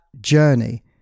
journey